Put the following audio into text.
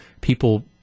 people